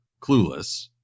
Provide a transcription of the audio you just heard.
clueless